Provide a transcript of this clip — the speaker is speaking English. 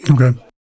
Okay